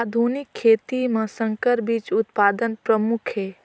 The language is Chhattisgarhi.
आधुनिक खेती म संकर बीज उत्पादन प्रमुख हे